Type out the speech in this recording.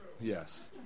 Yes